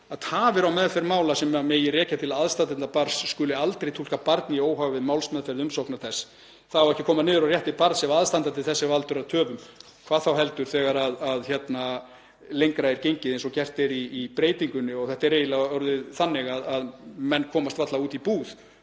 að tafir á meðferð mála sem megi rekja til aðstandenda barns skuli aldrei túlka barni í óhag við málsmeðferð umsóknar þess. Það á ekki að koma niður á rétti barns sé aðstandandi þess valdur að töfum, hvað þá heldur þegar lengra er gengið eins og gert er í breytingunni. Þetta er eiginlega orðið þannig að menn komast varla út í búð